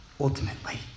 ultimately